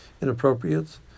inappropriate